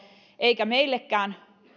eikä meillekään